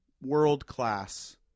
world-class